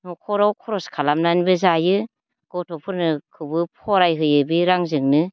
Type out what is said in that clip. न'खराव खरस खालामनानैबो जायो गथ'फोरनोखोबो फराय होयो बे रांजोंनो